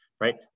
Right